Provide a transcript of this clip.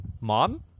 mom